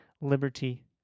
liberty